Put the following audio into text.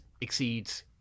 exceeds